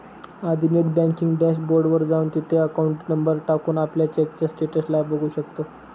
आधी net banking dashboard वर जाऊन, तिथे अकाउंट नंबर टाकून, आपल्या चेकच्या स्टेटस ला बघू शकतो